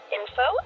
info